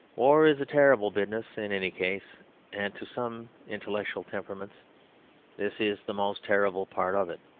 war is a terrible business in any case and to some intellectual temperaments this is the most terrible part of it.